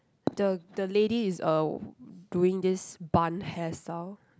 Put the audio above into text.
the the lady is uh doing this bun hairstyle